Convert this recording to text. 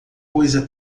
coisa